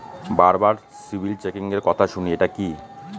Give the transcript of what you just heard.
বারবার সিবিল চেকিংএর কথা শুনি এটা কি?